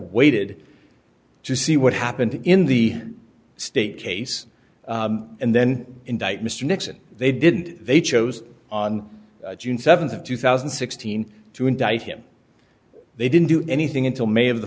waited to see what happened in the state case and then indict mr nixon they didn't they chose on june seventh of two thousand and sixteen to indict him they didn't do anything until may